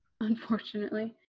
unfortunately